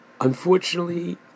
unfortunately